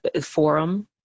forum